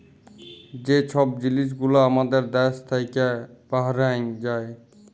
যে ছব জিলিস গুলা আমাদের দ্যাশ থ্যাইকে বাহরাঁয় যায়